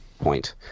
point